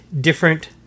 different